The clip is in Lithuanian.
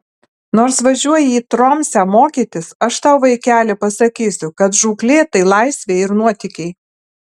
nors važiuoji į tromsę mokytis aš tau vaikeli pasakysiu kad žūklė tai laisvė ir nuotykiai